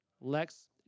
Lex